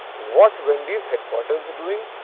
what wendy's headquarters is doing,